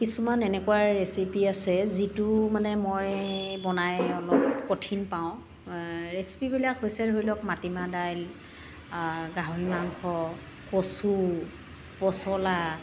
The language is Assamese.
কিছুমান এনেকুৱা ৰেচিপি আছে যিটো মানে মই বনাই অলপ কঠিন পাওঁ ৰেচিপিবিলাক হৈছে ধৰি লওক মাটিমাহ দাইল গাহৰি মাংস কচু পচলা